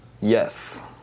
Yes